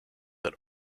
that